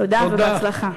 תודה, ובהצלחה.